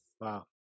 Wow